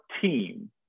team